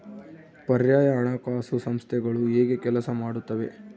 ಪರ್ಯಾಯ ಹಣಕಾಸು ಸಂಸ್ಥೆಗಳು ಹೇಗೆ ಕೆಲಸ ಮಾಡುತ್ತವೆ?